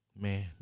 man